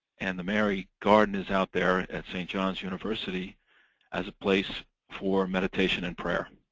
and the mary garden is out there at st. john's university as a place for meditation and prayer.